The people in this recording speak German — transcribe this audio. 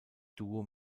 duo